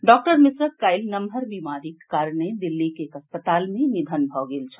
doctor मिश्रक काल्हि नम्हर बीमारीक कारणे दिल्लीक एक अस्पताल मे निधन भऽ गेल छल